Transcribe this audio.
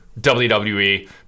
WWE